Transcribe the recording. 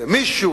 איזה מישהו,